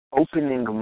opening